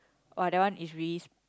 !wah! that one is really